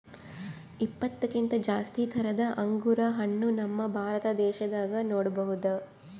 ಇಪ್ಪತ್ತಕ್ಕಿಂತ್ ಜಾಸ್ತಿ ಥರದ್ ಅಂಗುರ್ ಹಣ್ಣ್ ನಮ್ ಭಾರತ ದೇಶದಾಗ್ ನೋಡ್ಬಹುದ್